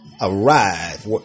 arrive